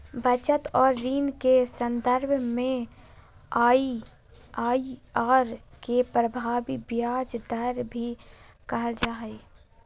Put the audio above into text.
बचत और ऋण के सन्दर्भ में आइ.आइ.आर के प्रभावी ब्याज दर भी कहल जा हइ